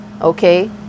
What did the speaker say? okay